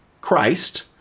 Christ